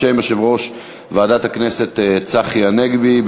בשם יושב-ראש ועדת הכנסת צחי הנגבי.